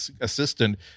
assistant